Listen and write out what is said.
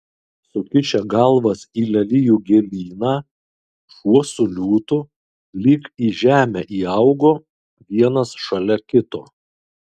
sukišę galvas į lelijų gėlyną šuo su liūtu lyg į žemę įaugo vienas šalia kito